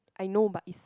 I know but it's